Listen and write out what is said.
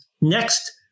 next